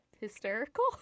hysterical